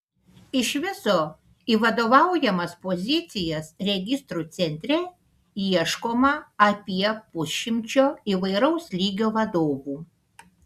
iš viso į vadovaujamas pozicijas registrų centre ieškoma apie pusšimčio įvairaus lygio vadovų